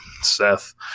seth